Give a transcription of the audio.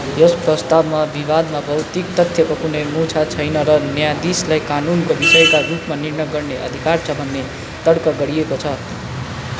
यस प्रस्तावमा विवादमा भौतिक तथ्यको कुनै मुद्दा छैन र न्यायाधीशलाई कानुनको विषयका रूपमा निर्णय गर्ने अधिकार छ भन्ने तर्क गरिएको छ